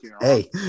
Hey